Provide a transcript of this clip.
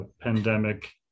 pandemic